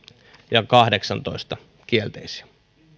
ja kahdeksantoista kielteisiä